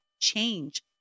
change